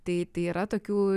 tai tai yra tokių